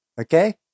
Okay